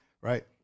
Right